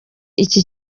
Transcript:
iki